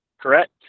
correct